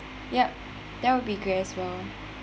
ya that would be great as well